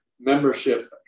membership